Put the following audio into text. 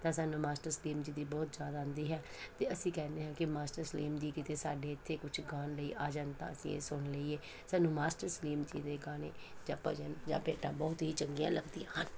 ਤਾਂ ਸਾਨੂੰ ਮਾਸਟਰ ਸਲੀਮ ਜੀ ਦੀ ਬਹੁਤ ਯਾਦ ਆਉਂਦੀ ਹੈ ਅਤੇ ਅਸੀਂ ਕਹਿੰਦੇ ਹਾਂ ਕਿ ਮਾਸਟਰ ਸਲੀਮ ਜੀ ਕਿਤੇ ਸਾਡੇ ਇੱਥੇ ਕੁਛ ਗਾਉਣ ਲਈ ਆ ਜਾਣ ਤਾਂ ਅਸੀਂ ਇਹ ਸੁਣ ਲਈਏ ਸਾਨੂੰ ਮਾਸਟਰ ਸਲੀਮ ਜੀ ਦੇ ਗਾਣੇ ਜਾਂ ਭਜਨ ਜਾਂ ਭੇਟਾ ਬਹੁਤ ਹੀ ਚੰਗੀਆਂ ਲੱਗਦੀਆ ਹਨ